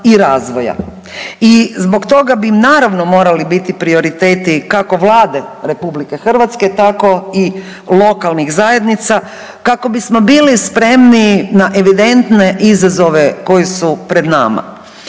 i zbog toga bi naravno morali biti prioriteti kako Vlade RH, tako i lokalnih zajednica kako bismo bili spremniji na evidentne izazove koji su pred nama.